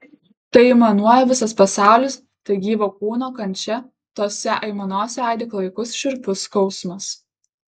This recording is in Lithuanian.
tai aimanuoja visas pasaulis tai gyvo kūno kančia tose aimanose aidi klaikus šiurpus skausmas